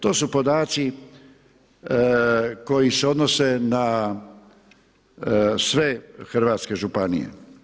To su podaci koji se odnose na sve hrvatske županije.